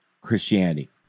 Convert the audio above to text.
Christianity